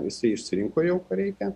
jisai išsirinko jau ką reikia